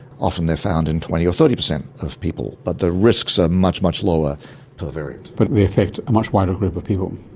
often they're found in twenty or thirty per cent of people, but the risks are much, much lower per variant. but they affect a much wider group of people.